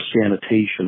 sanitation